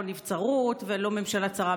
לא נבצרות ולא ממשלה צרה.